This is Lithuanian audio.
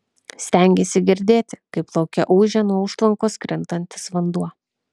stengėsi girdėti kaip lauke ūžia nuo užtvankos krintantis vanduo